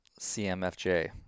CMFJ